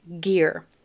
gear